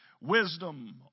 Wisdom